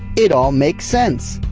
it all makes sense.